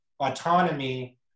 autonomy